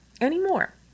Anymore